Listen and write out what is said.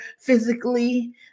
physically